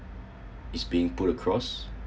is being put across